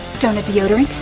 doughnut deodorant?